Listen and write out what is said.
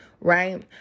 right